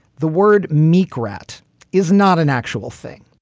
the word meek rat is not an actual thing.